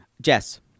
Jess